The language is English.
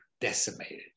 decimated